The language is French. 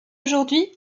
aujourd’hui